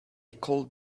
cold